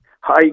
hi